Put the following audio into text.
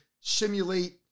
simulate